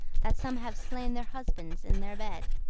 that some have slain their husbands in their bed,